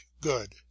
good